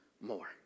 more